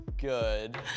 good